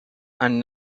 and